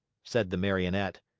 said the marionette,